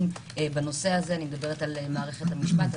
בנושא הזה אני מדברת על מערכת המשפטים,